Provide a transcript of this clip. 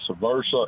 versa